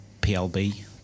PLB